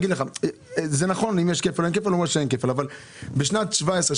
זה נכון שהוא אמר שאין כפל אבל בשנת 2017,